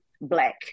black